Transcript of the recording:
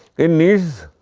in needs,